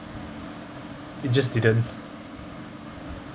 it just didn't